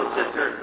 sister